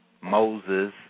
Moses